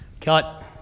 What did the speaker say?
Cut